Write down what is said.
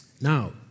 Now